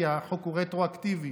כי החוק הוא רטרואקטיבי,